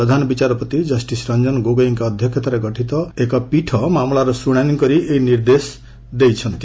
ପ୍ରଧାନ ବିଚାରପତି କଷ୍ଟିସ ରଞ୍ଜନ ଗୋଗୋଇଙ୍କ ଅଧ୍ୟକ୍ଷତାରେ ଗଠିତ ପୀଠ ମାମଲାର ଶୁଶାଣି କରି ଏହି ନିର୍ଦ୍ଦେଶ ଦେଇଛନ୍ତି